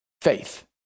faith